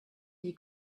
d’y